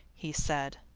he said.